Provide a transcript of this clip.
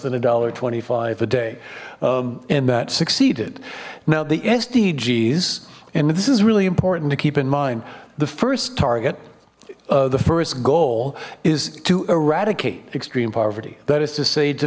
than a dollar twenty five a day and that succeeded now the sdgs and this is really important to keep in mind the first target the first goal is to eradicate extreme poverty that is to say to